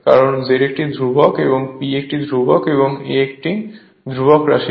কারণ Z একটি ধ্রুবক P একটি ধ্রুবক A একটি ধ্রুবক রাশি